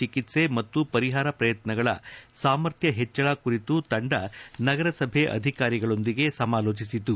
ಚಿಕಿತ್ತೆ ಮತ್ತು ಪರಿಹಾರ ಪ್ರಯತ್ನಗಳ ಸಾಮರ್ಥ್ಯ ಹೆಚ್ಚಳ ಕುರಿತು ತಂಡ ನಗರಸಭೆ ಅಧಿಕಾರಿಗಳೊಂದಿಗೆ ಸಮಾಲೋಚಿಸಿತು